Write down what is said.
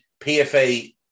PFA